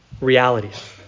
realities